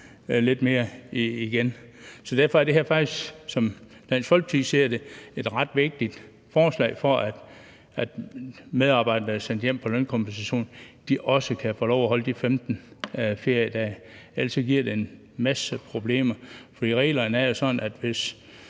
lidt mere igen. Derfor er det her faktisk, som Dansk Folkeparti ser det, et ret vigtigt forslag for at sikre, at medarbejdere, der er sendt hjem på lønkompensation, også kan få lov at holde de 15 feriedage, for ellers giver det en masse problemer. Reglerne er jo sådan, at hvis